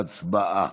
הצבעה.